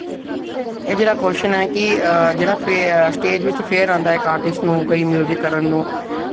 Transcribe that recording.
एह् जेह्ड़ा क्वशन ऐ कि जेह्ड़ा स्टेज़ बिच फिर औंदा ऐ कि इक आर्टिस्ट नूं कोई म्युजिक करन नूं